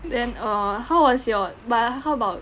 then err how was your but how about